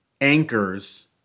anchors